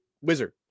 wizard